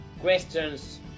questions